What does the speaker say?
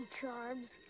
charms